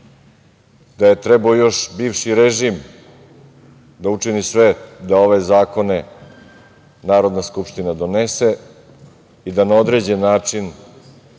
da je trebao još bivši režim da učini sve da ove zakone Narodna skupština donese i da na određeni način